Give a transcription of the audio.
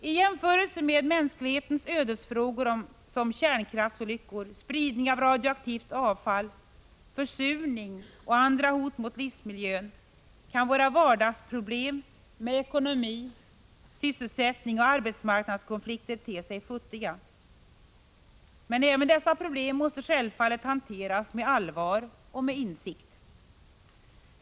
I jämförelse med mänsklighetens ödesfrågor, som kärnkraftsolyckor, spridning av radioaktivt avfall, försurning och andra hot mot livsmiljön, kan våra vardagsproblem med ekonomi, sysselsättning och arbetsmarknadskonflikter te sig futtiga. Men även dessa problem måste självfallet hanteras med allvar och insikt.